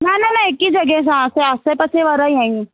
न न न न हिक ई जॻहि सां असां आसे पासे वारा ई आहियूं